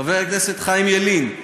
חבר הכנסת חיים ילין,